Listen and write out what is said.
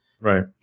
right